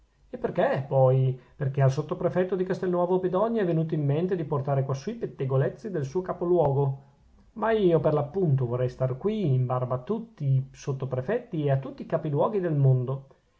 e perchè poi perchè al sottoprefetto di castelnuovo bedonia è venuto in mente di portare quassù i pettegolezzi del suo capoluogo ma io per l'appunto vorrei star qui in barba a tutti i sottoprefetti e a tutti i capiluoghi del mondo